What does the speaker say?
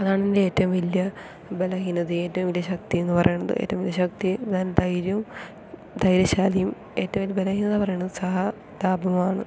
അതാണ് എൻ്റെ ഏറ്റവും വലിയ ബലഹീനതയും ഏറ്റവും വലിയ ശക്തിയും എന്ന് പറയുന്നത് ഏറ്റവും വലിയ ശക്തി ഞാൻ ധൈര്യവും ധൈര്യശാലിയും ഏറ്റവും വലിയ ബലഹീനത എന്ന് പാറയുന്നത് സഹ താപവും ആണ്